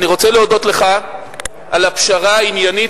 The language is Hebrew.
אני רוצה להודות לך על הפשרה העניינית